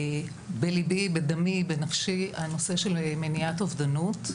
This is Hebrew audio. בלבי, בדמי, בנפשי, הנושא של מניעת אובדנות.